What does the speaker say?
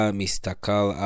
mistakal